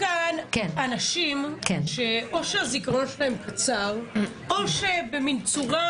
אנשים שאו שהזיכרון שלהם קצר או שבמין צורה